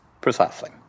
Precisely